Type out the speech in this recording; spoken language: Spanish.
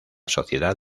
sociedad